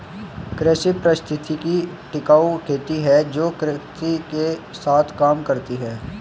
कृषि पारिस्थितिकी टिकाऊ खेती है जो प्रकृति के साथ काम करती है